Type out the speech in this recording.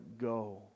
go